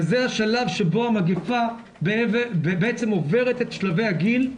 וזה השלב שבו המגפה ב עצם עוברת את שלבי הגיל,